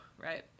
right